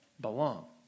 belong